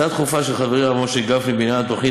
הצעה דחופה של חברי משה גפני בעניין התוכנית